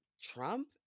Trump